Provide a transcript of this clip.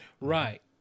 Right